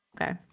okay